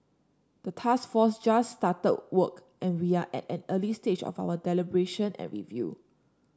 the task force just started work and we are at an early stage of our deliberation and review